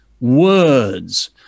words